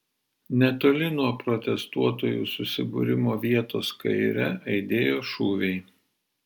netoli nuo protestuotojų susibūrimo vietos kaire aidėjo šūviai